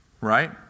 Right